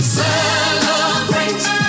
celebrate